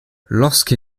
lorsque